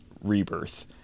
Rebirth